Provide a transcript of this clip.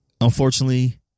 Unfortunately